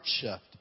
shift